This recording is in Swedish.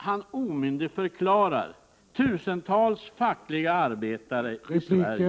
Han omyndigförklarar tusentals fackliga arbetare i Sverige.